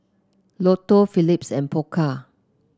Lotto Phillips and Pokka